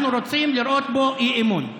אנחנו רוצים לראות בו אי-אמון.